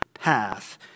path